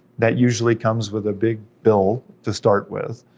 that usually comes with a big bill to start with,